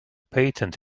patent